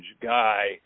guy